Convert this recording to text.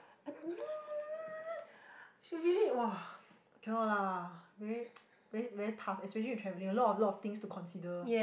no no no no no she really !wah! cannot lah very very very tough especially with travelling a lot a lot of thing to consider